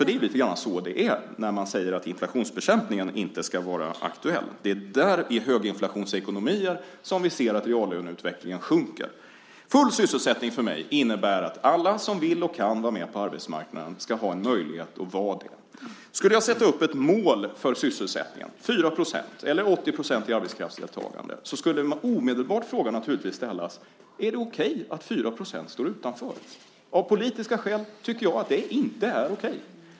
Det är så det är när man säger att inflationsbekämpningen inte ska vara aktuellt. Det är i höginflationsekonomier som vi ser att reallöneutvecklingen sjunker. Full sysselsättning innebär för mig att alla som vill och kan vara med på arbetsmarknaden ska ha möjlighet att vara det. Om jag satte upp ett mål för sysselsättningen - 4 eller 80 % i arbetskraftsdeltagande - skulle man naturligtvis omedelbart ställa frågan: Är det okej att 4 % står utanför? Av politiska skäl tycker jag inte att det är okej.